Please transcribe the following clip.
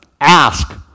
ask